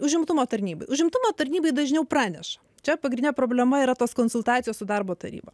užimtumo tarnyba užimtumo tarnybai dažniau praneša čia pagrindinė problema yra tos konsultacijos su darbo taryba